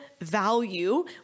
value